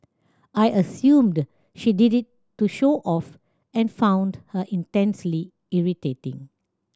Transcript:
I assumed she did it to show off and found her intensely irritating